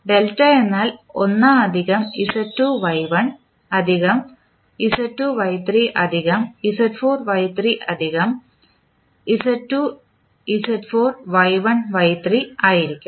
delta എന്നാൽ 1 അധികം Z2 Y1 അധികം Z2 Y3 അധികം Z4 Y3അധികം Z2 Z4 Y1 Y3 ആയിരിക്കും